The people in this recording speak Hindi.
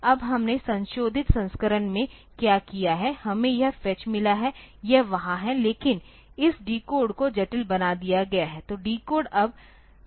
अब हमने संशोधित संस्करण में क्या किया है हमें यह फेच मिला है यह वहां है लेकिन इस डिकोड को जटिल बना दिया गया है